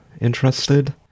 interested